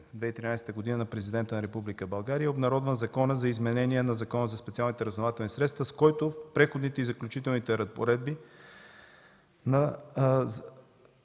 2013 г. на Президента на Република България е обнародван Законът за изменение на Закона за специалните разузнавателни средства, с който в Преходните и заключителните разпореди –